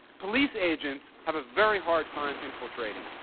police agents have a very hard time infiltrating.